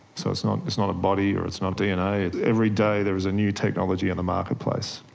so it's not it's not a body or it's not dna. every day there is a new technology in the marketplace,